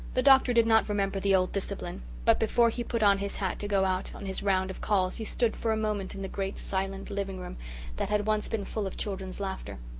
the doctor did not remember the old discipline. but before he put on his hat to go out on his round of calls he stood for a moment in the great silent living-room that had once been full of children's laughter.